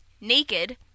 naked